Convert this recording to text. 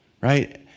right